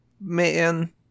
Man